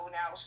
now